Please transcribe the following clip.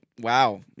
wow